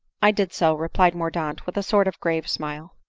i did so, replied mordaunt with a sort of grave smile.